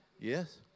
Yes